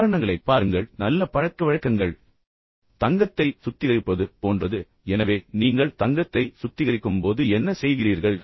உதாரணங்களைப் பாருங்கள் நல்ல பழக்கவழக்கங்கள் தங்கத்தை சுத்திகரிப்பது போன்றது எனவே நீங்கள் தங்கத்தை சுத்திகரிக்கும் போது என்ன செய்கிறீர்கள்